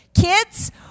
Kids